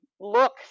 look